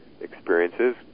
experiences